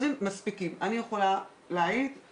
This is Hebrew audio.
5% מהתקציב ונותנים את זה רק בטרום חובה ולא בגן חובה.